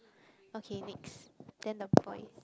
okay next then the point